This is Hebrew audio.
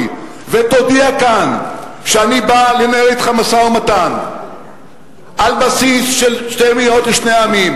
ותודיע כאן שאני בא לנהל אתך משא-מתן על בסיס של שתי מדינות לשני עמים,